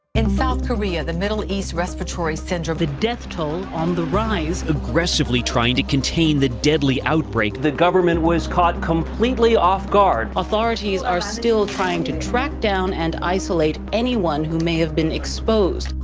in south korea, the middle east respiratory syndrome. the death toll, on the rise. aggressively trying to contain the deadly outbreak. the government was caught completely off guard. authorities are still trying to track down and isolate anyone who may have been exposed.